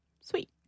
sweet